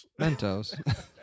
Mentos